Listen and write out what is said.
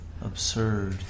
absurd